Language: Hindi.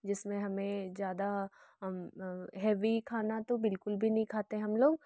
जिसमें हमें ज़्यादा हेवी खाना तो बिल्कुल भी नहीं खाते हम लोग